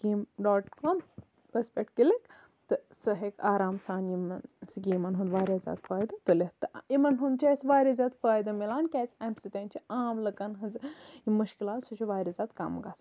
scheme dot کومس پٮ۪ٹھ click تہٕ سُہ ہٮ۪کہِ آرام سان یِمَن سِکیٖمَن ہُند واریاہ زیادٕ فٲیدٕ تُلِتھ یمن ہُند چھُ اَسہِ واریاہ زیادٕ فٲیدٕ مِلان کیازِ اَمہِ سۭتۍ چھِ عام لُکَن ہنز یِم مُشکِلات سُہ چھُ واریاہ زیادٕ کَم گژھان